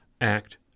act